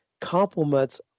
complements